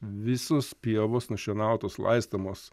visos pievos nušienautos laistomos